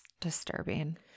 disturbing